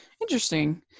Interesting